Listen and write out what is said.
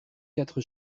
quatre